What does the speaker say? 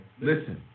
Listen